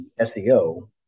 SEO